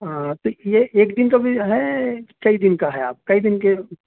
ہاں تو یہ ایک دن کا بھی ہے کئی دن کا ہے آپ کئی دن کے